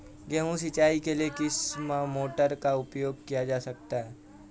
गेहूँ सिंचाई के लिए किस मोटर का उपयोग किया जा सकता है?